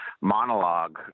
monologue